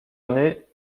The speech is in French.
années